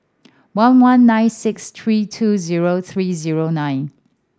one one nine six three two zero three zero nine